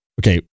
Okay